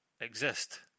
exist